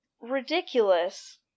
ridiculous